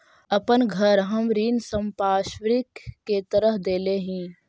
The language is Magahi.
अपन घर हम ऋण संपार्श्विक के तरह देले ही